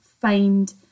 find